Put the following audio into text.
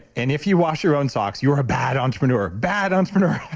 and if you wash your own socks, you're a bad entrepreneur, bad entrepreneur.